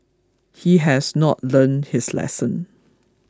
he has not learnt his lesson